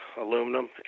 aluminum